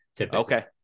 okay